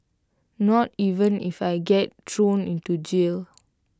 not even if I get thrown into jail